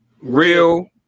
Real